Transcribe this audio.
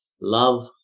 love